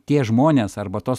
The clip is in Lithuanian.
tie žmonės arba tos